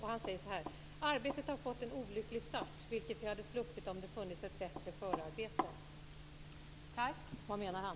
Han säger i DN i dag: "Arbetet har fått en olycklig start. Vilket vi hade sluppit om det funnits ett bättre förarbete". Vad menar han?